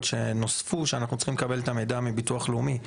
שנוספו שאנחנו צריכים לקבל את המידע מביטוח לאומי.